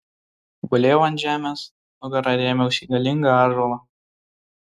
gulėjau ant žemės nugara rėmiausi į galingą ąžuolą